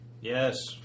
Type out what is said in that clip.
Yes